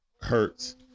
hurts